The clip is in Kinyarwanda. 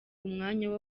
umwanya